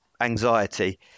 anxiety